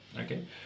Okay